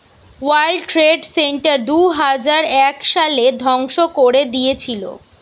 world trade centre দুইহাজার এক সালে ধ্বংস করে দিয়েছিলো